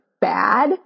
bad